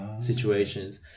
situations